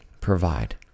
provide